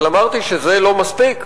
אבל אמרתי שזה לא מספיק.